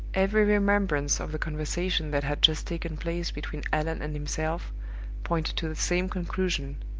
every remembrance of the conversation that had just taken place between allan and himself pointed to the same conclusion,